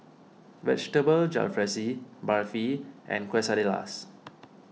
Vegetable Jalfrezi Barfi and Quesadillas